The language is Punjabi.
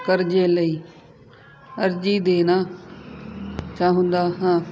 ਕਰਜ਼ੇ ਲਈ ਅਰਜ਼ੀ ਦੇਣਾ ਚਾਹੁੰਦਾ ਹਾਂ